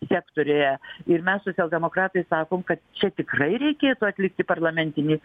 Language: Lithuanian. sektoriuje ir mes socialdemokratai sakom kad čia tikrai reikėtų atlikti parlamentinį